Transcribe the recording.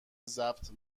ضبط